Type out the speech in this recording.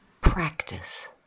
practice